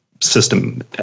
system